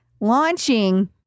launching